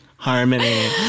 Harmony